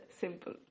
simple